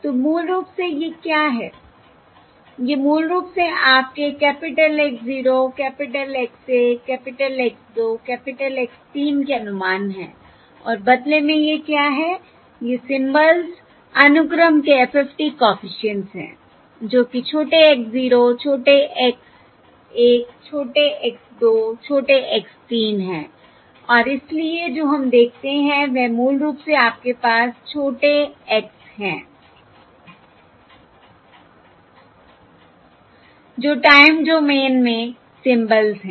तो मूल रूप से ये क्या हैI ये मूल रूप से आपके capital X 0 capital X 1 capital X 2 capital X 3 के अनुमान हैं और बदले में ये क्या हैं ये सिंबल्स अनुक्रम के FFT कॉफिशिएंट्स हैं जो कि छोटे x 0 छोटे x 1 छोटे x 2 छोटे x 3 हैं और इसलिए जो हम देखते हैं वह मूल रूप से आपके पास छोटे x s हैं जो टाइम डोमेन में सिंबल्स हैं